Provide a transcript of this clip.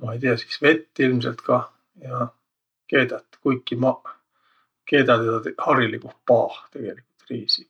ma ei tiiäq, sis vett ilmselt kah ja keedät. Kuiki maq keedä tedä hariliguh paah tegeligult, riisi.